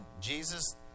Jesus